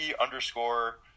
underscore